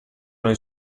nel